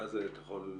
אתה יכול להסביר?